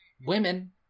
women